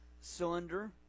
cylinder